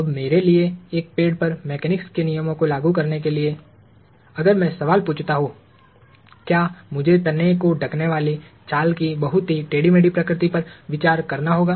अब मेरे लिए एक पेड़ पर मेकेनिक्स के नियमों को लागू करने के लिए अगर मैं सवाल पूछता हूं क्या मुझे तने को ढकने वाली छाल की बहुत ही टेढ़ी मेढ़ी प्रकृति पर विचार करना होगा